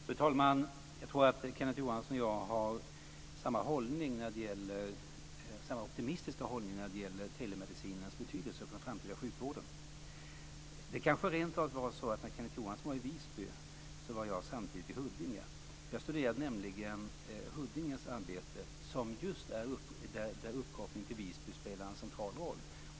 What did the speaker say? Fru talman! Jag tror att Kenneth Johansson och jag har samma optimistiska hållning till telemedicinens betydelse för den framtida sjukvården. Det var kanske rentav så att samtidigt som Kenneth Johansson var i Visby var jag i Huddinge. Jag har nämligen studerat arbetet i Huddinge, där uppkopplingen till Visby spelar en central roll.